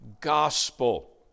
gospel